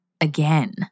again